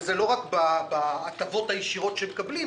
וזה לא רק בהטבות הישירות שמקבלים,